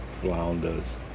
flounders